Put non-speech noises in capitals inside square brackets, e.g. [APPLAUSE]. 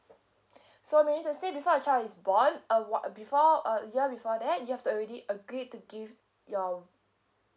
[BREATH] so meaning to say before your child is born a one a before a year before that you've to already agreed to give your